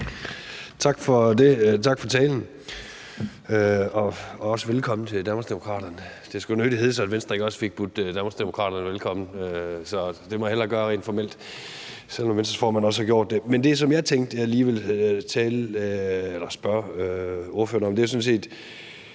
Tak for det, og tak for talen. Og også velkommen til Danmarksdemokraterne. Det skulle nødig hedde sig, at Venstre ikke også fik budt Danmarksdemokraterne velkommen, så det må jeg hellere gøre rent formelt, selv om Venstres formand også har gjort det. Men det, som jeg tænkte jeg lige ville spørge ordføreren om, er sådan set